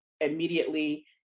immediately